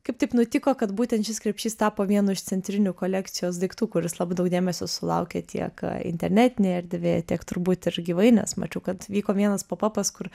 kaip taip nutiko kad būtent šis krepšys tapo vienu iš centrinių kolekcijos daiktų kuris labai daug dėmesio sulaukė tiek internetinėj erdvėj tiek turbūt ir gyvai nes mačiau kad vyko vienas popapas kur